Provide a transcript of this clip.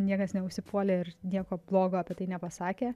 niekas neužsipuolė ir nieko blogo apie tai nepasakė